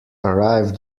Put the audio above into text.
arrive